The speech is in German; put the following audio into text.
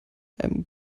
einem